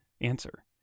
answer